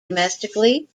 domestically